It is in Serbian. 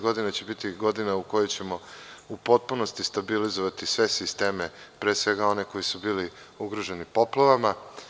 Godina 2015. će biti godina u kojoj ćemo u potpunosti stabilizovati sve sisteme, pre svega one koji su bili ugroženi poplavama.